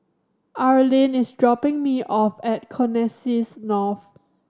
Arlin is dropping me off at Connexis North